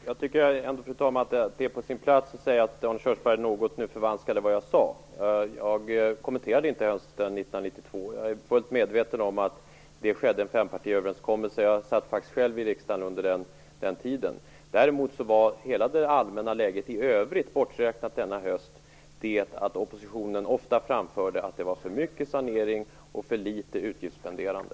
Fru talman! Jag tycker ändå att det är på sin plats att säga att Arne Körnsberg något förvanskade vad jag sade. Jag kommenterade inte hösten 1992. Jag är fullt medveten om att det skedde en fempartiöverenskommelse. Jag satt faktiskt själv i riksdagen under den tiden. Däremot var det allmänna läget i övrigt, borträknat denna höst, det att oppositionen ofta framförde att det var för mycket sanering och för litet spenderande.